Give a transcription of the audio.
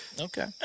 okay